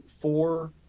four